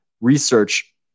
research